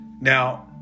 Now